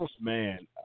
man